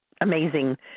amazing